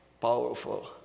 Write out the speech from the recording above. Powerful